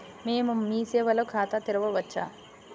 మేము మీ సేవలో ఖాతా తెరవవచ్చా?